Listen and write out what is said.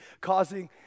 causing